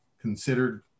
considered